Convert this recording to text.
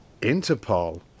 Interpol